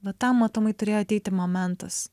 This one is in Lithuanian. va tam matomai turėjo ateiti momentas